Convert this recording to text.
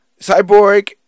Cyborg